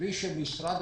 כפי שמשרד